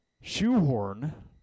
shoehorn